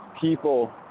people